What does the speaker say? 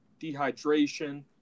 dehydration